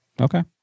Okay